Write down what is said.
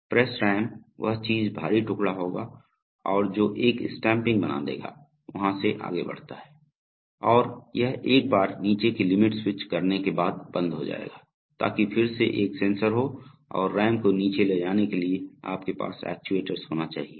press ram वह चीज़ भारी टुकड़ा होगा और जो एक स्टम्पिंग बना देगा वहां से आगे बढ़ता है और यह एक बार नीचे की लिमिट स्विच करने के बाद बंद हो जाएगा ताकि फिर से एक सेंसर हो और रैम को नीचे ले जाने के लिए आपके पास एक्ट्यूएटर्स होना चाहिए